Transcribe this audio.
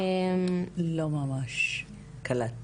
לא ממש קלטתי.